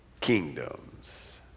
kingdoms